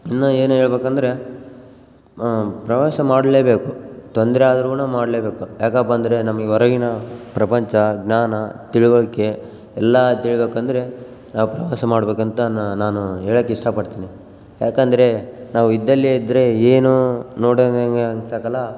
ಇನ್ನು ಏನು ಹೇಳಬೇಕಂದ್ರೆ ಪ್ರವಾಸ ಮಾಡಲೇಬೇಕು ತೊಂದರೆ ಆದರು ಕೂಡ ಮಾಡಲೇಬೇಕು ಯಾಕಪ್ಪಂದರೆ ನಮ್ಗೆ ಹೊರಗಿನ ಪ್ರಪಂಚ ಜ್ಞಾನ ತಿಳುವಳಿಕೆ ಎಲ್ಲ ತಿಳಿಬೇಕಂದರೆ ನಾವು ಪ್ರವಾಸ ಮಾಡಬೇಕಂತ ನಾನು ಹೇಳಕ್ ಇಷ್ಟಪಡ್ತೀನಿ ಯಾಕಂದರೆ ನಾವು ಇದ್ದಲ್ಲಿಯೇ ಇದ್ರೆ ಏನೂ ನೋಡೊಣ ಹಂಗೆ ಅನ್ಸಕಾಗಲ